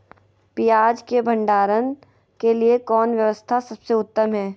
पियाज़ के भंडारण के लिए कौन व्यवस्था सबसे उत्तम है?